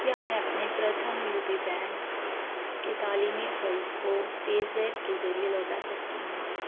کیا میں اپنے پرتھم یو پی بینک کے تعلیمی قرض کو پے زیپ کے ذریعے لوٹا سکتی ہوں